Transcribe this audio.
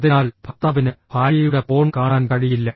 അതിനാൽ ഭർത്താവിന് ഭാര്യയുടെ ഫോൺ കാണാൻ കഴിയില്ല